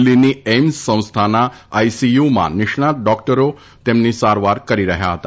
દિલ્ફીની એઇમ્સ સંસ્થાના આઇસીયુમાં નિષ્ણાત ડોકટરો તેમની સારવાર કરી રહ્યા હતા